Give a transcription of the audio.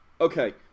Okay